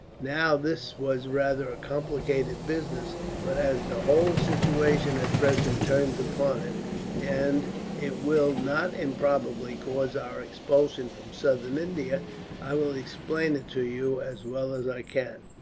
now this was rather a complicated business but as the whole situation at present turns upon it and it will, not improbably, cause our expulsion from southern india i will explain it to you as well as i can.